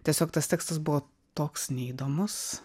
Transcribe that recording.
tiesiog tas tekstas buvo toks neįdomus